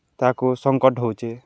ତାକୁ ସଂକଟ୍ ହଉଚେ